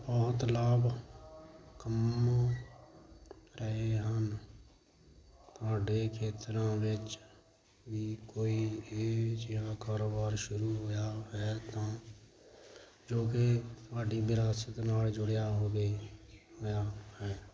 ਬਹੁਤ ਲਾਭ ਕੰਮ ਰਹੇ ਹਨ ਤੁਹਾਡੇ ਖੇਤਰਾਂ ਵਿੱਚ ਵੀ ਕੋਈ ਇਹ ਜਿਹਾ ਕਾਰੋਬਾਰ ਸ਼ੁਰੂ ਹੋਇਆ ਹੈ ਤਾਂ ਜੋ ਕਿ ਤੁਹਾਡੀ ਵਿਰਾਸਤ ਨਾਲ ਜੁੜਿਆ ਹੋਵੇ ਹੋਇਆ ਹੈ